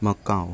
Macau